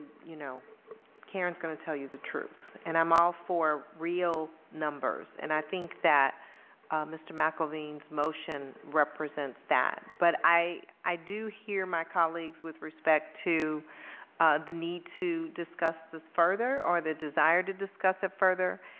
you know karen going to tell you the truth. and i'm all for real numbers. and i think that mr. mcelveen's motion represents that. but i i do hear my colleagues with respect to the need to discuss this further or the desire to discuss it further.